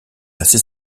assez